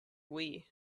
wii